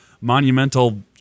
monumental